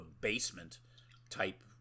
basement-type